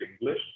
English